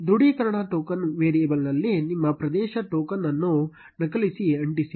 ದೃಢೀಕರಣ ಟೋಕನ್ ವೇರಿಯೇಬಲ್ನಲ್ಲಿ ನಿಮ್ಮ ಪ್ರವೇಶ ಟೋಕನ್ ಅನ್ನು ನಕಲಿಸಿ ಅಂಟಿಸಿ